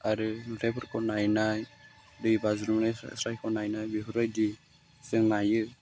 आरो अन्थाइफोरखौ नायनाय दै बाज्रुमनायफोरखौ नायनाय बेफोरबायदि जों नायो